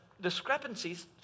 discrepancies